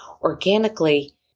organically